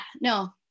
no